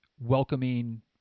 welcoming